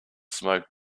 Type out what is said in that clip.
smoke